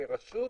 אני כרשות,